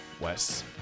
Wes